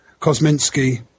Kosminski